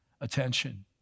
attention